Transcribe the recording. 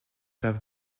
par